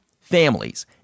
families